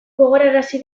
gogorarazi